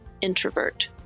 Introvert